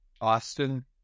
Austin